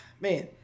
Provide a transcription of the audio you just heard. Man